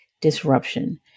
Disruption